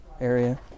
area